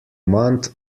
month